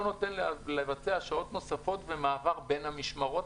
נותן לבצע שעות נוספות במעבר בין המשמרות,